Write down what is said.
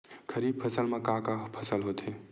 खरीफ फसल मा का का फसल होथे?